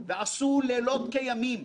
תודה מיוחדת גם לשילה קם,